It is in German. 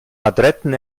adretten